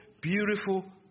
beautiful